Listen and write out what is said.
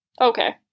Okay